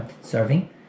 serving